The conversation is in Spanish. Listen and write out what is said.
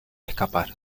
escapar